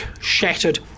shattered